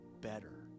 better